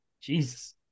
Jesus